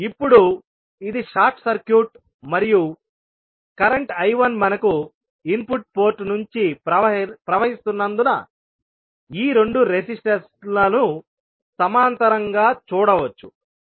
ఇప్పుడు ఇది short circuit మరియు కరెంట్ I1 మనకు ఇన్పుట్ పోర్టు నుంచి ప్రవహిస్తున్నందున ఈ రెండు రెసిస్టన్స్స్ లను సమాంతరంగా చూడవచ్చు